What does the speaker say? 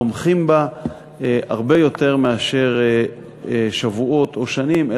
תומכים בה הרבה יותר מאשר שבועות או שנים,